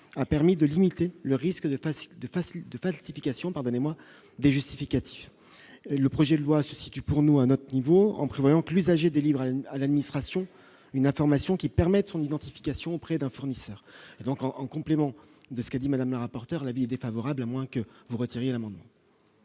a permis de limiter le risque d'effacer de face, de falsification, pardonnez-moi des justificatifs et le projet de loi se situe pour nous à notre niveau, en prévoyant que l'usager délivré à l'administration une information qui permettent son identification auprès d'un fournisseur et donc en en complément de ce que dit Madame le rapporteur l'avis défavorable à moins que vous retiriez amendement.